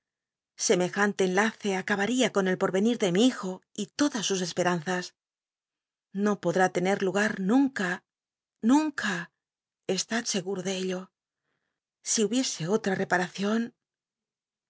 jante enlace acabaría con el porvenir de mi hijo y odas sus esperanzas no podi'ií lene lugar nunca nunca estad seguro de ello si hubiese otra epatacion